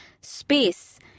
space